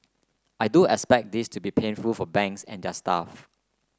I do expect this to be painful for banks and their staff